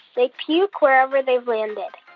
they puke wherever they landed